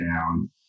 down